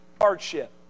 hardship